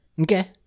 Okay